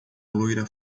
loira